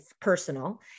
personal